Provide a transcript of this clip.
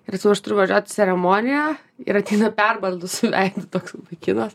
ir aš turiu važiuot į ceremoniją ir ateina perbalusiu veidu toks vaikinas